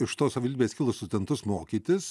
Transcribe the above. iš tos savivaldybės kilusius studentus mokytis